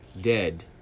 dead